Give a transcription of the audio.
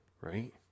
right